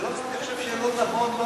אני חושב שלא נכון, לא